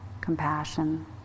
compassion